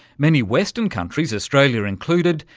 many western countries, australia included,